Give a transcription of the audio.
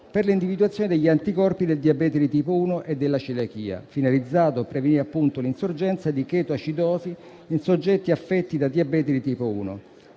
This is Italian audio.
per l'individuazione degli anticorpi del diabete tipo 1 e della celiachia, finalizzato a prevenire l'insorgenza di chetoacidosi in soggetti affetti da diabete tipo 1.